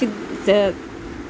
सिद